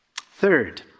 Third